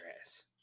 ass